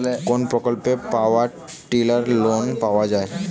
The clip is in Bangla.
কোন প্রকল্পে পাওয়ার টিলার লোনে পাওয়া য়ায়?